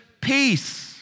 peace